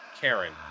Karen